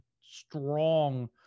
strong